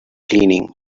cleaning